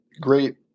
great